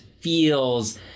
feels